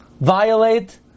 violate